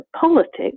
politics